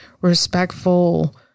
respectful